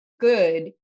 good